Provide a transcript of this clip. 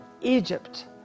Egypt